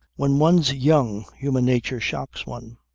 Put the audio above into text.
when one's young human nature shocks one.